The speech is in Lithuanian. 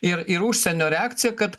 ir ir užsienio reakcija kad